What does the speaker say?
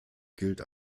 gilt